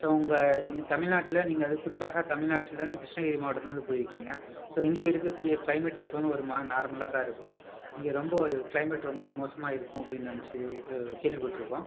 so உங்கள் தமிழ்நாட்டில் நீங்கள் குறிப்பாக தமிழ்நாட்டுலருந்து கிருஷ்ணகிரி மாவட்டத்துலேருந்து போயிருக்கீங்க ஸோ இங்கே இருக்கக்கூடிய கிளைமேட் எப்பவுமே ஒரு மாதிரி நார்மலாகதான் இருக்கும் இங்கே ரொம்ப கிளைமேட் ரொம்ப மோசமாக இருக்கும் அப்படின்னு நினைச்சி கேள்விபட்டிருக்கோம்